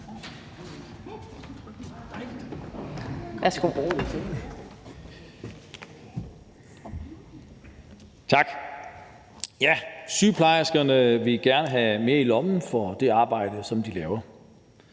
Tak. Sygeplejerskerne vil gerne have mere i lommen for det arbejde, som de laver.